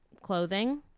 clothing